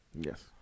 Yes